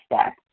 step